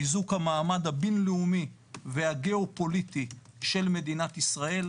חיזוק המעמד הבינלאומי והגיאופוליטי של מדינת ישראל,